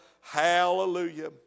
hallelujah